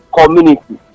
community